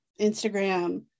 Instagram